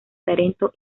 tarento